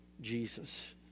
Jesus